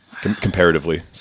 comparatively